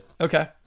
okay